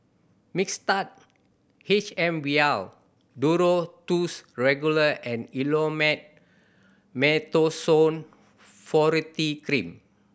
Mixtard H M Vial Duro Tuss Regular and Elomet Mometasone Furoate Cream